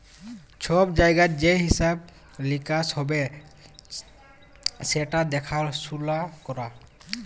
ছব জায়গায় যে হিঁসাব লিকাস হ্যবে সেট দ্যাখাসুলা ক্যরা